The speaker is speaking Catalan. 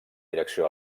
direcció